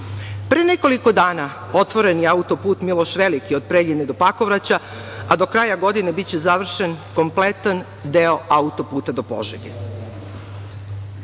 nekoliko dana otvoren je autoput Miloš Veliki od Preljine do Pakovraća, a do kraja godine biće završen kompletan deo autoputa do Požege.